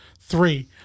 three